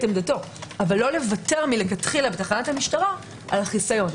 עמדתו אבל לא לוותר לכתחילה בתחנת המשטרה על החיסיון,